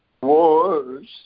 wars